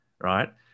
right